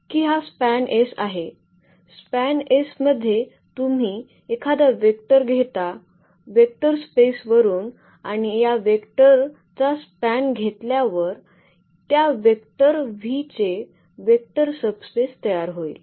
की हा span S SPAN आहे स्पॅनएस SPAN मध्ये तुम्ही एखादा वेक्टर घेता वेक्टर स्पेस वरून आणि या व्हेक्टर चा स्पॅन घेतल्यावर त्या वेक्टर चे वेक्टर सबस्पेस तयार होईल